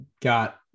got